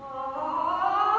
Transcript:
oh